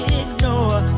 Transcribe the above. ignore